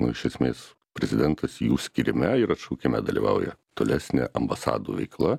na iš esmės prezidentas jų skyrime ir atšaukime dalyvauja tolesnė ambasadų veikla